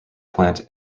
plant